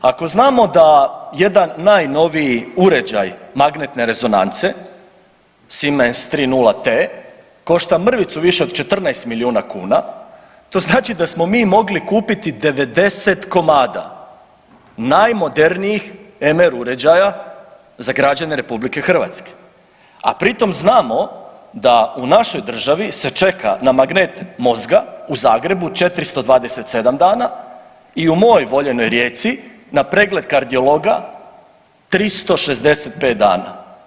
Ako znamo da jedan najnoviji uređaj magnetne rezonance Siemens 3.0 TE košta mrvicu više od 14 milijuna kuna, to znači da smo mi mogli kupiti 90 komada najmodernijim MR uređaja za građane RH, a pri tom znamo da u našoj državi se čeka na magnet mozga u Zagrebu 427 dana i u mojoj voljenoj Rijeci na pregled kardiologa 365 dana.